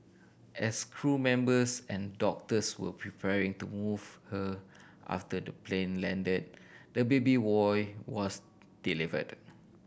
as crew members and doctors were preparing to move her after the plane landed the baby boy was delivered